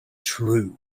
true